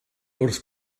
wrth